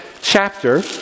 chapter